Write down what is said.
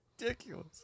ridiculous